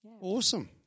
Awesome